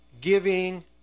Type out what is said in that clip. giving